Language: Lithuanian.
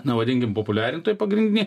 na vadinkim populiarintojai pagrindiniai